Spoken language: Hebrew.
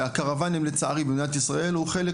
והקרוואנים לצערי במדינת ישראל הוא חלק